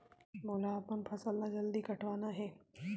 मोला अपन फसल ला जल्दी कटवाना हे?